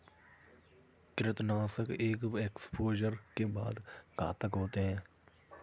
कृंतकनाशक एक एक्सपोजर के बाद घातक होते हैं